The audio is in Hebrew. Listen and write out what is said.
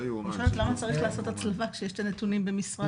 למה צריך לעשות הצלבה כשיש את הנתונים במשרד הפנים?